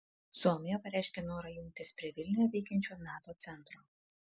suomija pareiškė norą jungtis prie vilniuje veikiančio nato centro